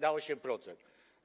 do 8%.